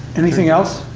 anything else?